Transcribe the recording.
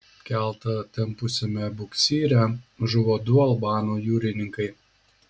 keltą tempusiame buksyre žuvo du albanų jūrininkai